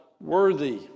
worthy